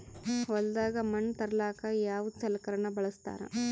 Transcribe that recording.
ಹೊಲದಾಗ ಮಣ್ ತರಲಾಕ ಯಾವದ ಸಲಕರಣ ಬಳಸತಾರ?